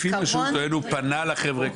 לפי מה שהוא טוען הוא פנה לחברה קדישא.